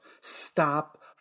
Stop